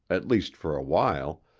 at least for a while,